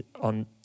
on